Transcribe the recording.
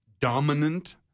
dominant